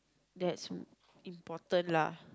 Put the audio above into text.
that's important lah